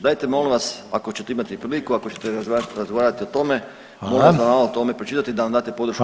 Dajte molim vas ako ćete imati priliku, ako ćete razgovarati o tome moram vam o tome malo pročitati da nam date podršku.